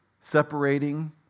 separating